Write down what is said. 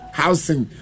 housing